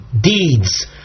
deeds